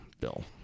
bill